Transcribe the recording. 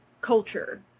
culture